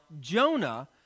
Jonah